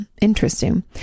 Interesting